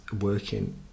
working